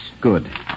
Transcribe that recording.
Good